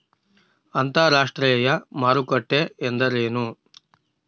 ಅಂತರಾಷ್ಟ್ರೇಯ ಮಾರುಕಟ್ಟೆ ಎಂದರೇನು?